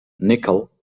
nickel